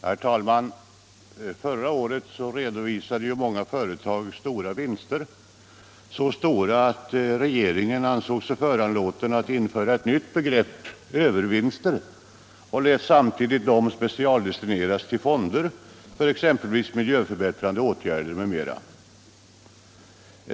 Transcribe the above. Herr talman! Förra året redovisade många företag stora vinster, så stora att regeringen såg sig föranlåten att införa ett nytt begrepp - ”övervinster” —- och samtidigt låta dessa specialdestineras till fonder för exempelvis miljöförbättrande åtgärder.